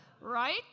Right